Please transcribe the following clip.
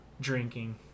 drinking